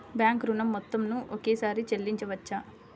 Bank ఋణం మొత్తము ఒకేసారి చెల్లించవచ్చా?